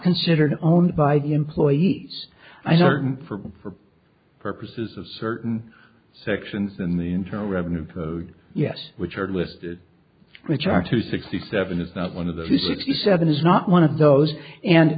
considered owned by the employees i know for purposes of certain sections in the internal revenue code yes which are listed which are two sixty seven of one of those who sixty seven is not one of those and